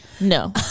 No